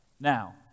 Now